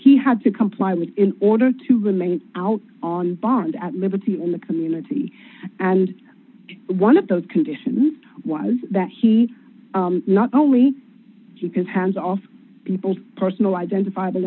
he had to comply with in order to remain out on bond at liberty in the community and one of those conditions was that he not only you can hand off people's personal identif